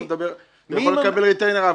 הוא יכול לקבל ריטיינר,